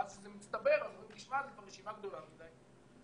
ואז כשזה מצטבר, פתאום נשמע שהרשימה גדולה מדי.